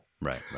Right